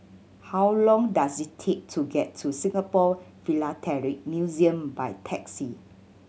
how long does it take to get to Singapore Philatelic Museum by taxi